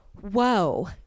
Whoa